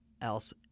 else